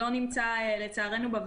ראש העיר שלנו לא נמצא היום בוועדה,